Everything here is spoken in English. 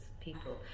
People